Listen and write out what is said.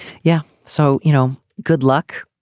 yeah so you know good luck.